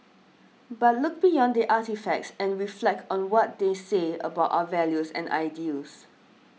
but look beyond the artefacts and reflect on what they say about our values and ideals